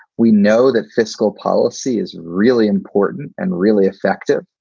we know that fiscal policy is really important and really effective.